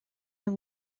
him